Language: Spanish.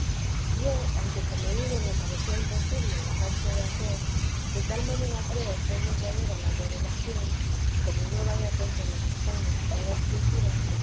yo aunque como digo me parecía imposible dejarse de hacer de tal manera creo ser verdadera la revelación como no vaya contra lo que está en la sagrada escritura